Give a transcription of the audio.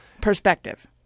Perspective